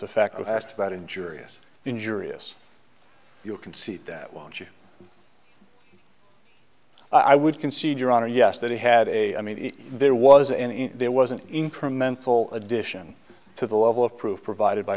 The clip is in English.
effect asked about injurious injurious you'll concede that won't you i would concede your honor yes that he had a i mean there was a there was an incremental addition to the level of proof provided by